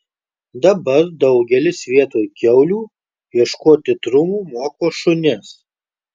dabar daugelis vietoj kiaulių ieškoti trumų moko šunis